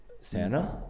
Santa